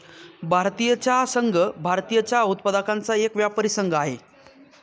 भारतीय चहा संघ, भारतीय चहा उत्पादकांचा एक व्यापारी संघ आहे